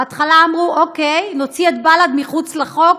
בהתחלה אמרו: אוקיי, נוציא את בל"ד מחוץ לחוק.